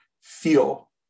feel